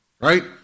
right